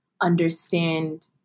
understand